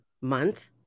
Month